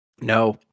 No